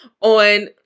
on